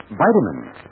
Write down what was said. vitamins